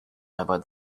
about